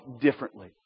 differently